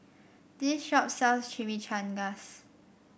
this shop sells Chimichangas